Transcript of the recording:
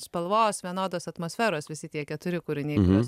spalvos vienodos atmosferos visi tie keturi kūriniai kuriuos